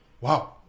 Wow